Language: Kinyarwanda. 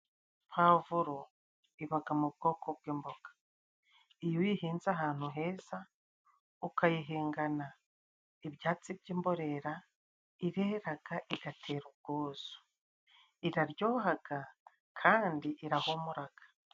Pavuro ibaga mu bwoko bw'imboga iyo uyihinze ahantu heza ukayihingana ibyatsi by'imborera, ireraga igatera ubwuzu, iraryohaga kandi irahumuraga.